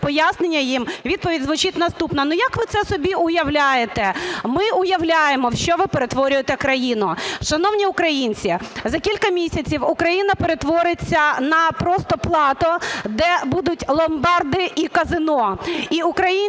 пояснення їм, відповідь звучить наступна: "Ну, як ви це собі уявляєте?" Ми уявляємо, у що ви перетворюєте країну. Шановні українці, за кілька місяців Україна перетвориться на просто плато, де будуть ломбарди і казино